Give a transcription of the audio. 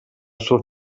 suo